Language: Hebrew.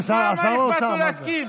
הם היו איתנו, עזוב, מה אכפת לו להסכים.